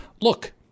look